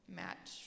match